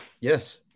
yes